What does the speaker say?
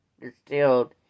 distilled